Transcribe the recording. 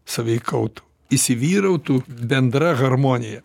sąveikautų įsivyrautų bendra harmonija